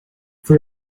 for